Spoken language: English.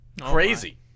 Crazy